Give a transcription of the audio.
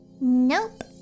Nope